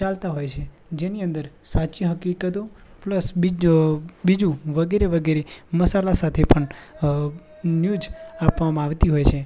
ચાલતા હોય છે જેની અંદર સાચી હકીકતો પ્લસ બીજું વગેરે વગેરે મસાલા સાથે પણ ન્યૂજ આપવામાં આવતી હોય છે